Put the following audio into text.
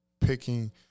picking